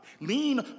Lean